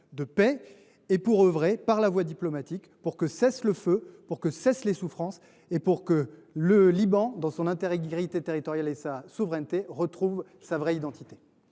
de paix et pour œuvrer, par la voie diplomatique, afin que cesse le feu, afin que cessent les souffrances et afin que le Liban, dans son intégralité territoriale et sa souveraineté, retrouve sa vraie identité.